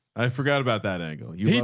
i forgot about that angle. you,